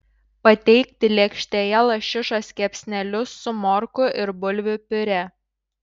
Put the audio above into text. pateikti lėkštėje lašišos kepsnelius su morkų ir bulvių piurė